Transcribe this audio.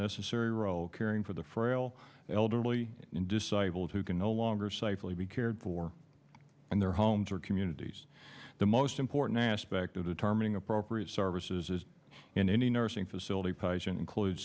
necessary role caring for the frail elderly and disabled who can no longer safely be cared for in their homes or communities the most important aspect of the charming appropriate services is in any nursing facility patient includes